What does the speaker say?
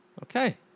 Okay